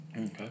Okay